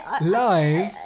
live